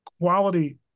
quality